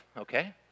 okay